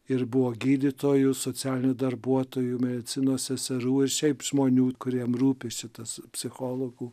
ir buvo gydytojų socialinių darbuotojų medicinos seserų ir šiaip žmonių kuriem rūpi šitas psichologų